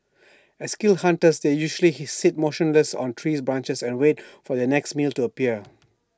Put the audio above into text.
as skilled hunters they usually sit motionless on tree branches and wait for their next meal to appear